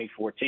2014